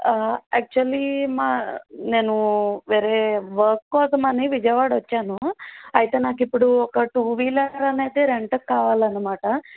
actually మా నేను వేరే వర్క్ కోసమని విజయవాడ వచ్చాను అయితే నాకిప్పుడు ఒక టూ వీలర్ అనేది రెంట్కి కావలనమాట